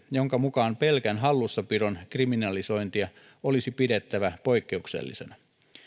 jonka mukaan pelkän hallussapidon kriminalisointia olisi pidettävä poikkeuksellisena